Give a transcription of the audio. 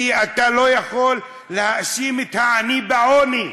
כי אתה לא יכול להאשים את העני בעוני.